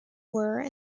were